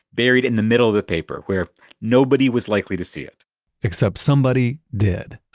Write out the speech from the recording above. buried in the middle of the paper, where nobody was likely to see it except, somebody did